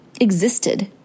existed